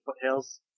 foothills